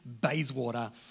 Bayswater